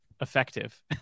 effective